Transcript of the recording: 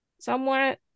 somewhat